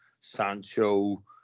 Sancho